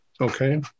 Okay